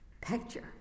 picture